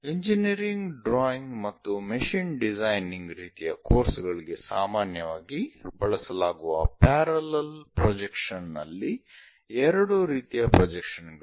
engineering drawing ಮತ್ತು machine designing ರೀತಿಯ course ಗಳಿಗೆ ಸಾಮಾನ್ಯವಾಗಿ ಬಳಸಲಾಗುವ ಪ್ಯಾರಲಲ್ ಪ್ರೊಜೆಕ್ಷನ್ ನಲ್ಲಿ ಎರಡು ರೀತಿಯ ಪ್ರೊಜೆಕ್ಷನ್ ಗಳಿವೆ